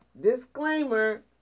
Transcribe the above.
disclaimer